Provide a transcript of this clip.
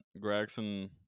Gregson